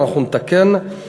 אנחנו נתקן.